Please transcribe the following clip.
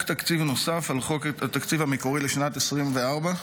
תקציב נוסף על חוק התקציב המקורי לשנת 2024,